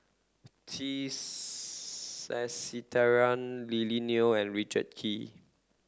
T Sasitharan Lily Neo and Richard Kee